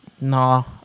no